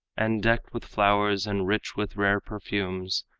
and decked with flowers and rich with rare perfumes,